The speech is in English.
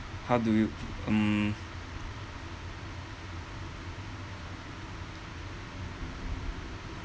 how do you um